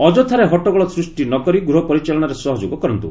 ଅଯଥାରେ ହଟ୍ଟଗୋଳ ସୃଷ୍ଟି ନ କରି ଗୃହ ପରିଚାଳନାରେ ସହଯୋଗ କରନ୍ତୁ